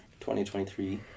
2023